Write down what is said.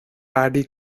paddy